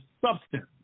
substance